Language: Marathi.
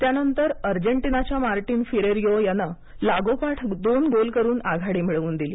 त्यांनतर अर्जेंटिनाच्या मार्टिन फिरेरियो यानं लागोपाठ दोन गोल करून आघाडी मिळवून दिली